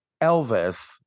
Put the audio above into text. Elvis